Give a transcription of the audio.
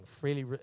freely